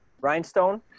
Rhinestone